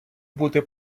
бути